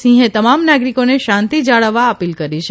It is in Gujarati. સિંહે તમામ નાગરીકોને શાંતી જાળવવા અપીલ કરી છે